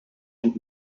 and